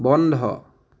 বন্ধ